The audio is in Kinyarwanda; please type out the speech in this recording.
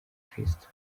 kirisitu